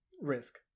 risk